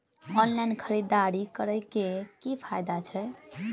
Online खरीददारी करै केँ की फायदा छै?